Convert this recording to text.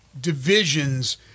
divisions